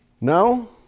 No